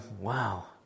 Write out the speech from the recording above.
Wow